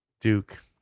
Duke